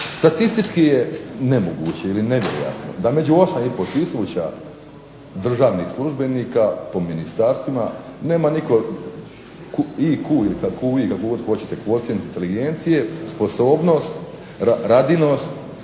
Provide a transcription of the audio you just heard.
statistički je nemoguće ili nevjerojatno da među 8500 državnih službenika po ministarstva nema nitko IQ, kvocijent inteligencije, sposobnost, radinost